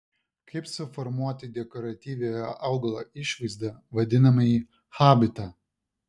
kaip suformuoti dekoratyviojo augalo išvaizdą vadinamąjį habitą